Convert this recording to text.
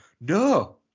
no